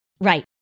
Right